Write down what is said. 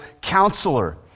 counselor